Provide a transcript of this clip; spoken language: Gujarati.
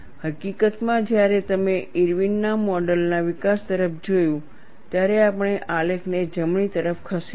હકીકતમાં જ્યારે તમે ઇર્વિન ના મોડલ ના વિકાસ તરફ જોયું ત્યારે આપણે આલેખને જમણી તરફ ખસેડ્યો